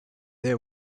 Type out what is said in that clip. they